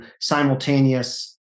simultaneous